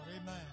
Amen